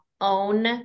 own